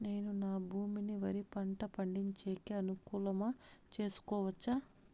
నేను నా భూమిని వరి పంట పండించేకి అనుకూలమా చేసుకోవచ్చా?